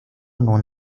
known